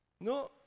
No